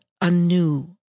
anew